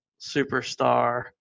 superstar